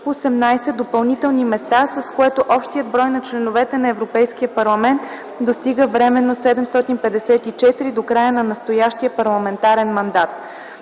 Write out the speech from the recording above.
18 допълнителни места, с което общият брой членове на Европейския парламент достига временно 754 до края на настоящия парламентарен мандат.